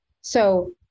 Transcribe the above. So-